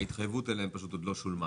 ההתחייבות להם עוד לא שולמה.